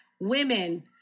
women